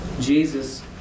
Jesus